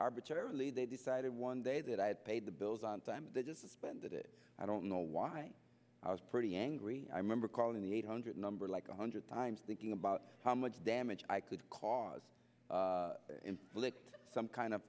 arbitrarily they decided one day that i had paid the bills on time and they just suspended it i don't know why i was pretty angry i remember calling the eight hundred number like a hundred times thinking about how much damage i could cause some kind of